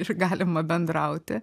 ir galima bendrauti